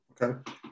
okay